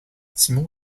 simon